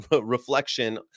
reflection